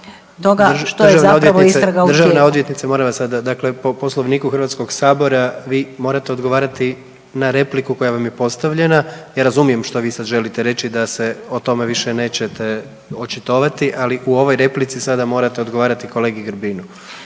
Državna odvjetnice, moram vas sada, dakle, po Poslovniku HS-a vi morate odgovarati na repliku koja vam je postavljena. Ja razumijem što vi sad želite reći, da se o tome više nećete očitovati, ali u ovoj replici sada morate odgovarati kolegi Grbinu.